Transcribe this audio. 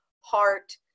heart